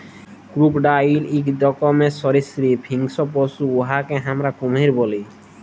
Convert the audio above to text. crocodile ইক রকমের সরীসৃপ হিংস্র পশু উয়াকে আমরা কুমির ব্যলি